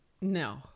No